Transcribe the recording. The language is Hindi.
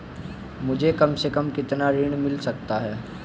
मुझे कम से कम कितना ऋण मिल सकता है?